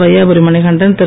Vaiyapuri Manikandar Thiru